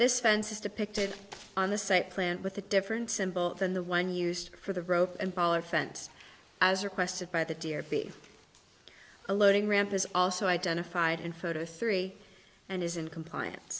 this fence is depicted on the site planned with a different symbol than the one used for the rope and ball or fence as requested by the deer be a loading ramp is also identified and photo three and is in compliance